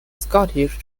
scottish